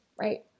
right